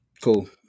Cool